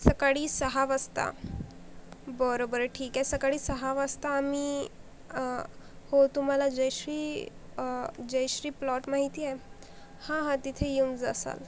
सकाळी सहा वाजता बरं बरं ठीक आहे सकाळी सहा वाजता आम्ही हो तुम्हाला जयश्री जयश्री प्लॉट माहिती आहे हा हा तिथे येऊन जासाल